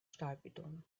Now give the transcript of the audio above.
stahlbeton